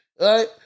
Right